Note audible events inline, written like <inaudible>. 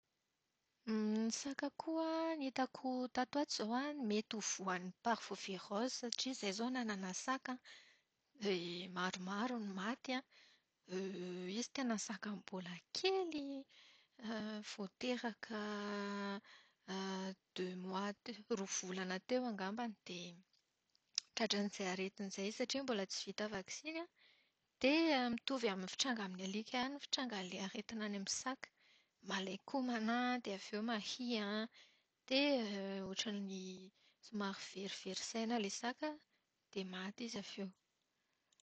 <hesitation> Ny saka koa ny hitako tato ho ato izao an, mety ho voan'ny parvovirose satria izahay izao nanana saka an, dia maromaro no maty an. <hesitation> Izy tena saka mbola kely <hesitation> vao teraka <hesitation> deux mois te- roa volana teo angambany dia tratran'izay aretina izay izy satria mbola tsy vita vakisiny. Dia mitovy amin'ny fitranga amin'ny alika ihany ny fitrangan'ilay aretina any amin'ny saka. Malain-komana an, dia avy eo mahia dia <hesitation> ohatran'ny somary verivery saina ilay saka dia maty izy avy eo.